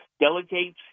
delegates